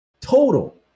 total